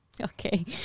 okay